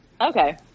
Okay